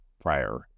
prior